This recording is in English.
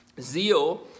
zeal